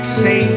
say